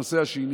הנושא השני